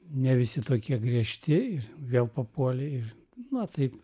ne visi tokie griežti ir vėl papuoli ir na taip